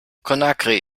conakry